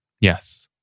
Yes